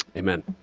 amen.